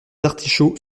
artichauts